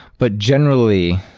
but, generally,